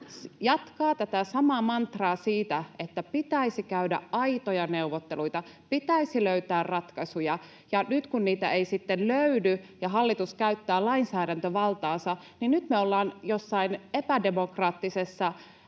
jatkaa tätä samaa mantraa siitä, että pitäisi käydä aitoja neuvotteluita, pitäisi löytää ratkaisuja. Ja nyt kun niitä ei sitten löydy ja hallitus käyttää lainsäädäntövaltaansa, niin nyt me ollaan jossain epädemokraattisessa